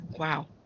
Wow